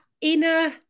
inner